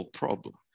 problem